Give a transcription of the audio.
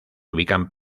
ubican